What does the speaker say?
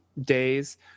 days